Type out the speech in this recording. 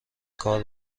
کار